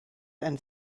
and